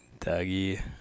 Dougie